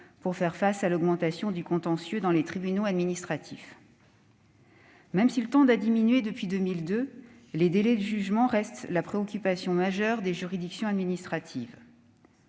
pour faire face à l'augmentation du contentieux dans les tribunaux administratifs. Même s'ils tendent à diminuer depuis 2002, les délais de jugement restent la préoccupation majeure des juridictions administratives.